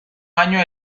año